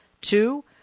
Two